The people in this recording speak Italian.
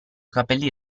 capelli